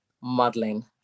modeling